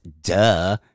duh